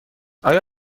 آیا